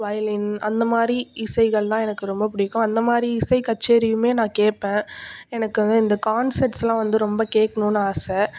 violin அந்த மாதிரி இசைகள்னால் எனக்கு ரொம்ப பிடிக்கும் அந்த மாதிரி இசை கச்சேரியுமே நான் கேட்பேன் எனக்கு வந்து இந்த கான்செர்ட்ஸ்லாம் வந்து ரொம்ப கேக்கணும்னு ஆசை